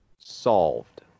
solved